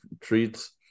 treats